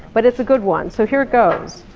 but it's a good one. so here it goes.